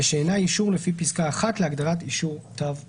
ושאינה אישור לפי פסקה (1) להגדרה "אישור "תו ירוק"".